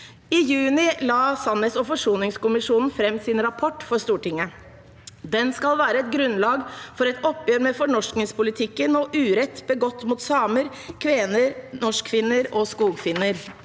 I juni la sannhets- og forsoningskommisjonen fram sin rapport for Stortinget. Den skal være et grunnlag for et oppgjør med fornorskingspolitikken og urett begått mot samer, kvener, norskfinner og skogfinner.